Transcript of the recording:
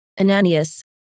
Ananias